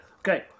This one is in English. Okay